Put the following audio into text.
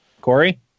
Corey